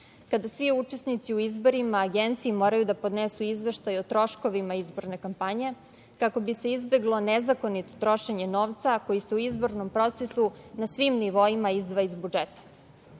Kada svi učesnici u izborima Agenciji moraju da podnesu izveštaj o troškovima izborne kampanje kako bi se izbeglo nezakonito trošenje novca, a koji se u izbornom procesu na svim nivoima izdvaja iz budžeta. Kontrola